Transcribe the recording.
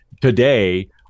today